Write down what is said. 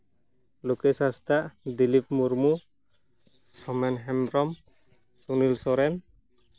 Lokesh Hansda Dilip Murmu Somen Hembrom Sunil Soren